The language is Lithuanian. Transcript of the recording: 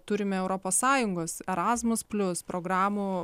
turime europos sąjungos erasmus plius programų